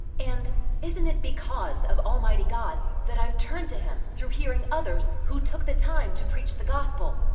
and isn't it because of almighty god that i've turned to him through hearing others who took the time to preach the gospel?